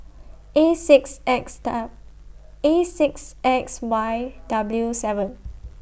A six X Dal A six X Y W seven